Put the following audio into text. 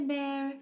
Bear